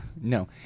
No